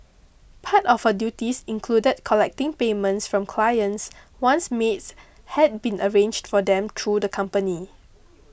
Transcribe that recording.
part of her duties included collecting payments from clients once maids had been arranged for them through the company